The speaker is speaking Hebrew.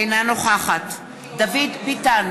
אינה נוכחת דוד ביטן,